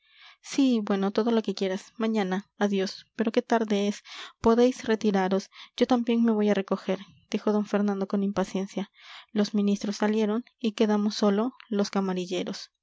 sí bueno todo lo que quieras mañana adiós pero qué tarde es podéis retiraros yo también me voy a recoger dijo fernando con impaciencia los ministros salieron y quedamos solos los camarilleros